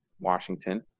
Washington